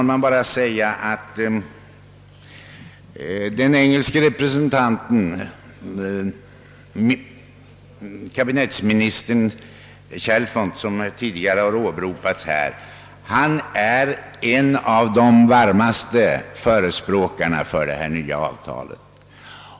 Den engelske representanten, kabinettsministern Chalfont, som tidigare åberopats i debatten, är en av de varmaste förespråkarna för det nya avtalet.